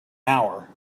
hour